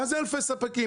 מה זה אלפי ספקים?